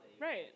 right